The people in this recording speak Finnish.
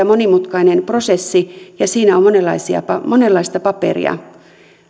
monimutkainen prosessi ja siinä on monenlaista paperia